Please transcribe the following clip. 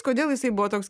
kodėl jisai buvo toks